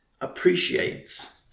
appreciates